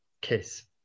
Kiss